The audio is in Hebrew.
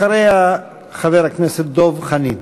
אחריה, חבר הכנסת דב חנין.